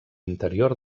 interior